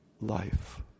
Life